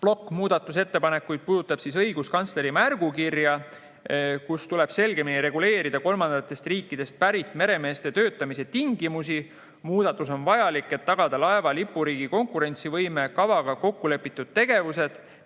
plokk muudatusettepanekuid puudutab õiguskantsleri märgukirja, et tuleb selgemini reguleerida kolmandatest riikidest pärit meremeeste töötamise tingimused. Muudatus on vajalik, et tagada laeva lipuriigi konkurentsivõime, kavaga kokkulepitud tegevused,